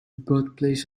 birthplace